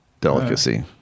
delicacy